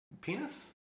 penis